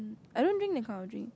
I don't drink that kind of drink